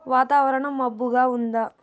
వాతావరణం మబ్బుగా ఉందా